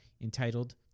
entitled